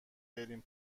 بریم